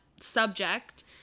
subject